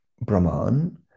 Brahman